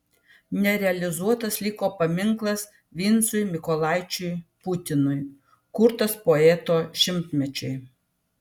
nerealizuotas liko paminklas vincui mykolaičiui putinui kurtas poeto šimtmečiui